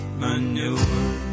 manure